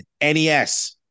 NES